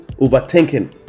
Overthinking